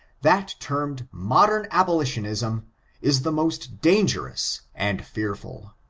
that termed modem abolitionism is the most dangerous and fearful.